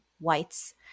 whites